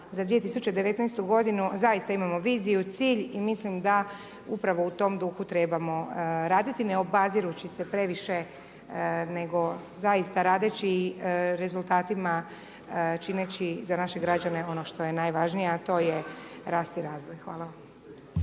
za 2019.godinu, zaista imamo viziju, cilj i mislim da upravo u tom duhu trebamo raditi, ne obazirući se previše nego zaista radeći i rezultatima čineći za naše građane ono što je najvažnije, a to je rast i razvoj. Hvala.